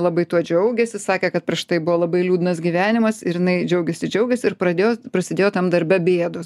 labai tuo džiaugėsi sakė kad prieš tai buvo labai liūdnas gyvenimas ir jinai džiaugėsi džiaugėsi ir pradėjo prasidėjo tam darbe bėdos